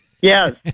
yes